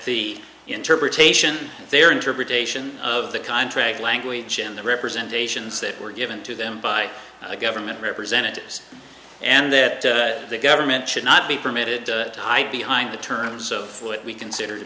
the interpretation their interpretation of the contract language and the representation that were given to them by the government representatives and that the government should not be permitted to hide behind the terms of what we consider to